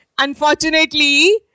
Unfortunately